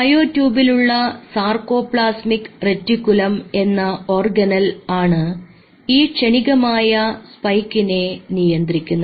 മയോ ട്യൂബിലുള്ള sarcoplasmic reticulum എന്ന organelle ആണ് ഈ ക്ഷണികമായ സ്പൈക്കിനെ നിയന്ത്രിക്കുന്നത്